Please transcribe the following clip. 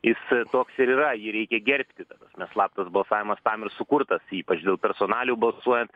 jis toks ir yra jį reikia gerbti ta prasme slaptas balsavimas tam ir sukurtas ypač dėl personalijų balsuojant